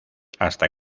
hasta